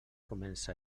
comença